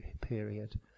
period